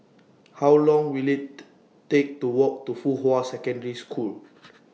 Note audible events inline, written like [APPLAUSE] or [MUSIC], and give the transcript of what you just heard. How Long Will IT [UNINTELLIGIBLE] Take to Walk to Fuhua Secondary School